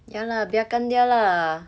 ya lah biarkan dia lah